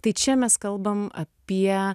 tai čia mes kalbam apie